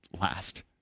last